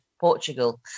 Portugal